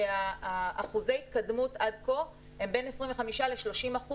שאחוזי ההתקדמות עד כה הם בין 25 ל-30%